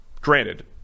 granted